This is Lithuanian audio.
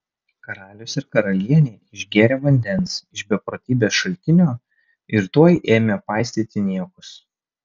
karalius ir karalienė išgėrė vandens iš beprotybės šaltinio ir tuoj ėmė paistyti niekus